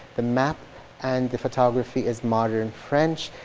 the map and the photography is modern french,